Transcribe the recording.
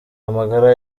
amagara